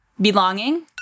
Belonging